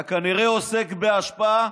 אתה כנראה עוסק באשפה,